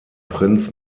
prinz